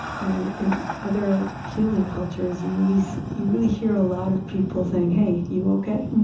and in other healing cultures, you really so you really hear a lot of people saying, hey, you ok?